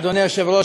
אדוני היושב-ראש,